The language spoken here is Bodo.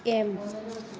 एम